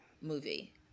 movie